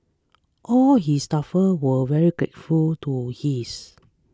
all his staffers were very grateful to this